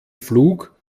flug